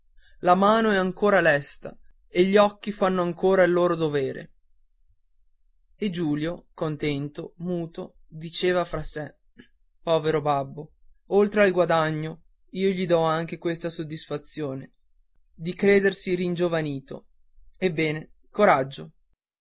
la mano è ancora lesta e gli occhi fanno ancora il loro dovere e giulio contento muto diceva tra sé povero babbo oltre al guadagno io gli dò ancora questa soddisfazione di credersi ringiovanito ebbene coraggio